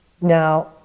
Now